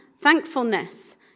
thankfulness